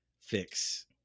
fix